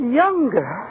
younger